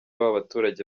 w’abaturage